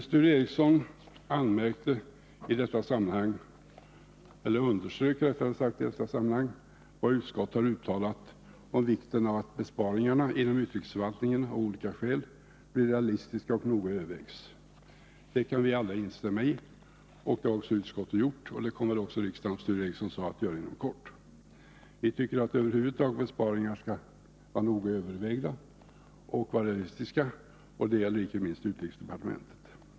Sture Ericson underströk i detta sammanhang vad utskottet har uttalat om vikten av att besparingarna inom utrikesförvaltningen av olika skäl blir realistiska och att de noga övervägs. Det kan vi alla instämmai. Det har också utskottet gjort, och det kommer väl också riksdagen — som Sture Ericson sade — att göra inom kort. Vi tycker att besparingar över huvud taget skall noga övervägas och att de skall vara realistiska. Det gäller icke minst utrikesdepartementet.